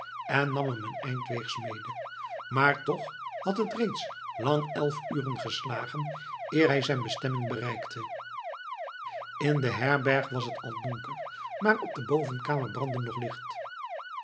en nam hem een eind weegs mede maar toch had t reeds lang elf uren geslagen eer hij zijn bestemming bereikte in de herberg zelf was t al donker maar op de bovenkamer brandde nog licht